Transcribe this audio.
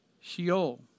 Sheol